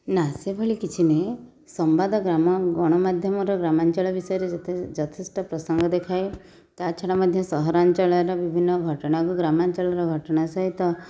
ନା ସେହିଭଳି କିଛି ନୁହଁ ସମ୍ବାଦ ଗ୍ରାମ ଗଣମାଧ୍ୟମର ଗ୍ରାମାଞ୍ଚଳର ବିଷୟରେ ଯଥେଷ୍ଟ ପ୍ରସଙ୍ଗ ଦେଖାଅ ତା' ଛଡ଼ା ମଧ୍ୟ ସହରାଞ୍ଚଳର ବିଭିନ୍ନ ଘଟଣାକୁ ଗ୍ରାମାଞ୍ଚଳର ଘଟଣା ସହିତ